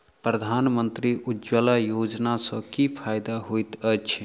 प्रधानमंत्री उज्जवला योजना सँ की फायदा होइत अछि?